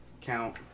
count